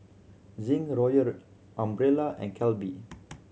Zinc Royal Umbrella and Calbee